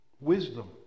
wisdom